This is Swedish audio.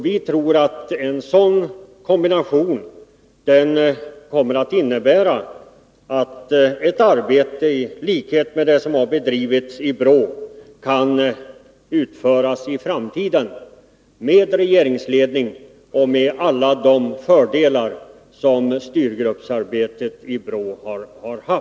Vi tror att en sådan kombination kommer att innebära att ett arbete liknande det som bedrivits i BRÅ kan utföras i framtiden — med regeringsledning och med alla de fördelar som styrgruppsarbetet i BRÅ har medfört.